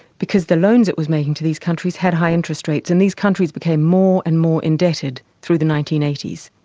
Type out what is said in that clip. because the loans it was making to these countries had high interest rates, and these countries became more and more indebted through the nineteen eighty s.